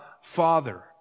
Father